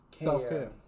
self-care